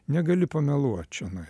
negali pameluot čionai